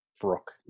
brook